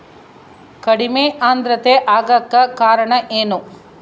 ಕಡಿಮೆ ಆಂದ್ರತೆ ಆಗಕ ಕಾರಣ ಏನು?